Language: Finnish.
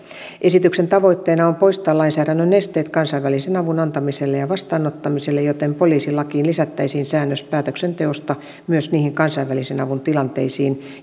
esityksen tavoitteena on poistaa lainsäädännön esteet kansainvälisen avun antamiselle ja vastaanottamiselle joten poliisilakiin lisättäisiin säännös päätöksenteosta myös niihin kansainvälisen avun tilanteisiin